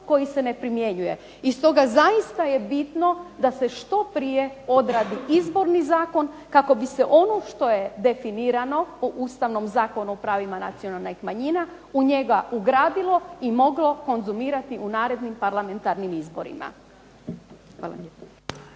koji se ne primjenjuje. I stoga, zaista je bitno da se što prije odradi Izborni zakon kako bi se ono što je definirano po Ustavnom zakonu o pravima nacionalnih manjina u njega ugradilo i moglo konzumirati u narednim parlamentarnim izborima. Hvala lijepo.